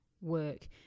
work